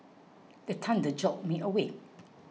the thunder jolt me awake